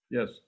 Yes